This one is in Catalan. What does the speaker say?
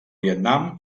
vietnam